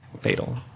fatal